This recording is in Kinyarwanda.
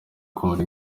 kumara